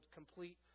complete